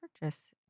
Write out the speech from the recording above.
Purchase